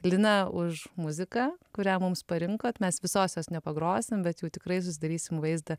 lina už muziką kurią mums parinkot mes visos jos nepagrosim bet jau tikrai susidarysim vaizdą